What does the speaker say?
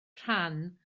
rhan